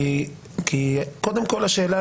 כי קודם כל השאלה,